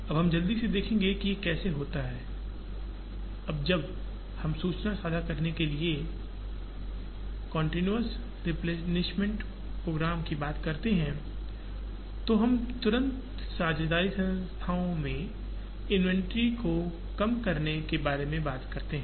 अब हम जल्दी से देखेंगे कि यह कैसे होता है अब जब हम सूचना साझा करने के माध्यम से कंटीन्यूअस रेप्लेनिशमेंट प्रोग्राम की बात करते हैं तो हम तुरंत साझेदारी संस्थाओं में इन्वेंट्री को कम करने के बारे में बात करते हैं